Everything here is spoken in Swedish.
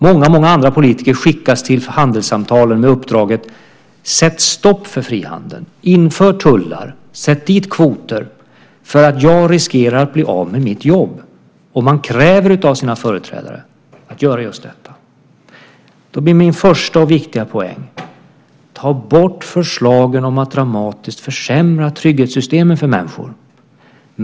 Många andra politiker skickas till handelssamtalen med uppdraget att sätta stopp för frihandeln, införa tullar och införa kvoter för att jag riskerar att bli av med mitt jobb. Man kräver av sina företrädare att göra just detta. Då blir min första och viktiga poäng: Ta bort förslagen om att dramatiskt försämra trygghetssystemen för människor.